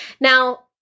Now